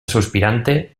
suspirante